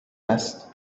است